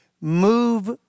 move